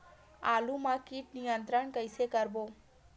आलू मा कीट नियंत्रण कइसे करबो?